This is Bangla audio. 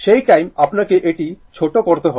সেই টাইম আপনাকে এটি ছোট করতে হবে